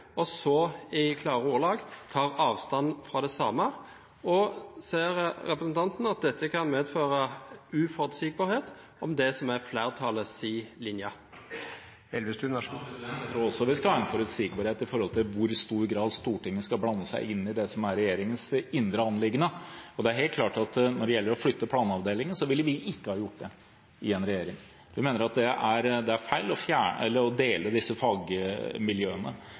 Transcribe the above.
og så – i klare ordelag – tar avstand fra det samme? Og: Ser representanten at dette kan medføre uforutsigbarhet om det som er flertallets linje? Jeg tror også vi skal ha en forutsigbarhet med hensyn til i hvor stor grad Stortinget skal blande seg inn i det som er regjeringens indre anliggende, og det er helt klart at når det gjelder å flytte planavdelingen, ville vi ikke ha gjort det i regjering. Vi mener det er feil å dele opp disse fagmiljøene. Men nå har regjeringen allikevel gjort det. Jeg tror det ville være feil hvis Stortinget begynte å